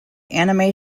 anime